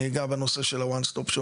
אני אגע בנושא של ה-"One Stop Shop",